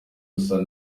gusa